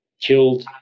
killed